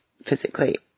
physically